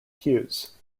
hues